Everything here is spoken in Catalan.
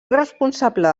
responsable